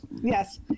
Yes